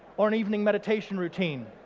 or an evening meditation routine.